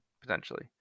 potentially